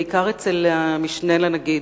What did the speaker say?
בעיקר אצל המשנה לנגיד,